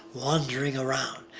wandering around.